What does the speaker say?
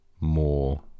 more